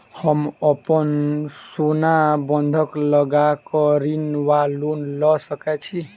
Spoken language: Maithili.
हम अप्पन सोना बंधक लगा कऽ ऋण वा लोन लऽ सकै छी?